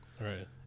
Right